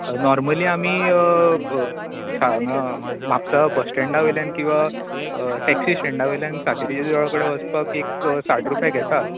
normally आमी हांगा Mapusa bus स्टँडा वयल्यान किंवा हांगा टॅक्सी स्टँडा वयल्यान सातेरी देवळा कडेन वसपाक एक साठ रूपया घेतात